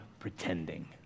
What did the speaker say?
Pretending